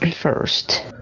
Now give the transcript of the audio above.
first